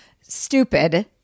stupid